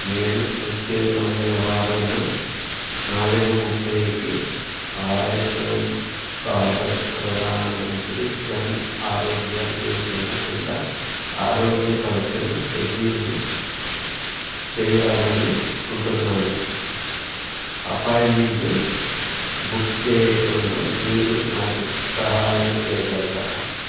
నేను వచ్చే మంగళవారం నాలుగు ముప్పైకి ఆయుష్మాన్ భారత్ ప్రధాన మంత్రి జన్ ఆరోగ్య యోజన కింద ఆరోగ్య పరీక్షను షెడ్యూల్ చేయాలని అనుకుంటున్నాను అపాయింట్మెంట్ బుక్ చేయటంలో మీరు నాకు సహాయం చేయగలరా